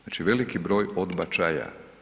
Znači veliki broj odbačaja.